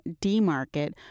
D-Market